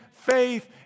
faith